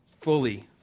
fully